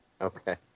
okay